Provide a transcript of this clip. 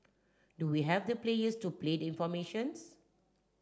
do we have the players to play the formations